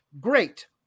great